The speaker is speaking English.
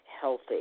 healthy